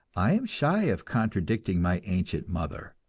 i am shy of contradicting my ancient mother,